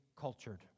cultured